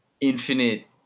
infinite